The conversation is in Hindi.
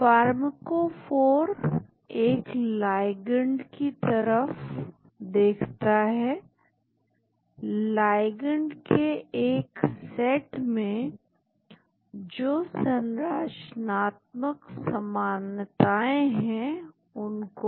फार्मकोफोर एक लाइगैंड की तरफ देखता है लाइगैंड के एक सेट में जो संरचनात्मक समानताएं हैं उनको